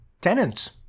tenants